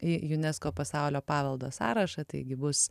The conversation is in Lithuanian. į unesco pasaulio paveldo sąrašą taigi bus